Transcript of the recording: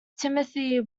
timothy